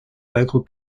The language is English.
local